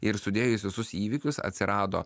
ir sudėjus visus įvykius atsirado